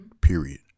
period